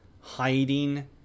hiding